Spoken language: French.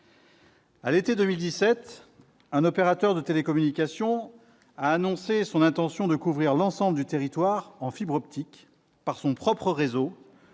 à l'été 2017, un opérateur de télécommunications a annoncé son intention de couvrir l'ensemble du territoire en fibre optique par son propre réseau,